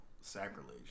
sacrilege